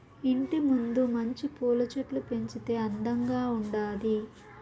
ఇంటి ముందు మంచి పూల చెట్లు పెంచితే అందంగా ఉండాది